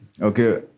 Okay